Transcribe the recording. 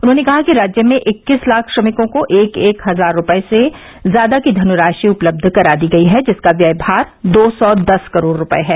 उन्होंने कहा कि राज्य में इक्कीस लाख श्रमिकों को एक एक हजार रूपये से ज्यादा की धनराशि उपलब्ध करा दी गई है जिसका व्यय भार दो सौ दस करोड़ रूपये हैं